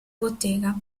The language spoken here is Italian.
bottega